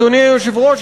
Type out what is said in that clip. אדוני היושב-ראש,